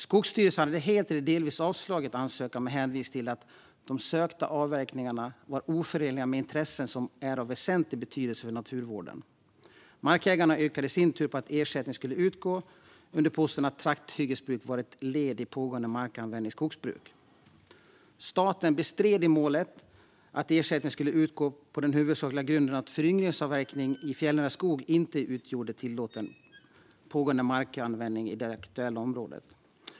Skogsstyrelsen hade helt eller delvis avslagit ansökan med hänvisning till att de sökta avverkningarna var oförenliga med intressen som är av väsentlig betydelse för naturvården. Markägarna yrkade i sin tur på att ersättning skulle utgå under påståendet att trakthyggesbruk var ett led i pågående markanvändning och skogsbruk. Staten bestred i målet att ersättning skulle utgå på den huvudsakliga grunden att föryngringsavverkning i fjällnära skog inte utgjorde tillåten pågående markanvändning i det aktuella området.